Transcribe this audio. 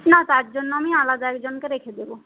না তার জন্য আমি আলাদা একজনকে রেখে দেব